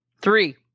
Three